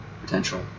potential